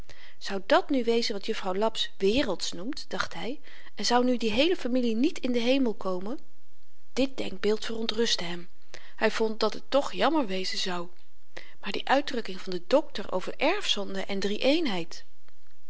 zou dàt nu wezen wat juffrouw laps wereldsch noemt dacht hy en zou nu die heele familie niet in den hemel komen dit denkbeeld verontrustte hem hy vond dat het toch jammer wezen zou maar die uitdrukking van den dokter over erfzonde en